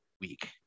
week